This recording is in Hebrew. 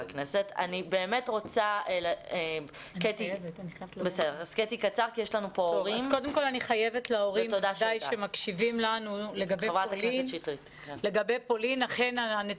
אני חייבת תשובה להורים שמקשיבים לנו, לגבי פולין.